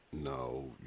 no